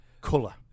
Colour